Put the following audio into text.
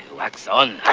wax on!